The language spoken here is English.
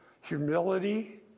humility